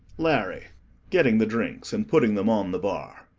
larry getting the drinks and putting them on the bar.